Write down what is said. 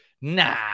nah